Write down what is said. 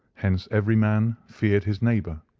hence every man feared his neighbour,